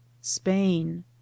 spain